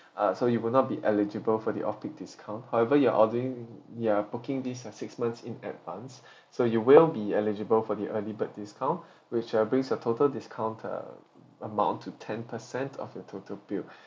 ah so you will not be eligible for the off peak discount however you are ordering you are booking this uh six months in advance so you will be eligible for the early bird discount which uh brings the total discount uh amount to ten percent of your total bill